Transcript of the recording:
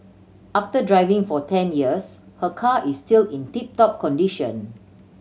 after driving for ten years her car is still in tip top condition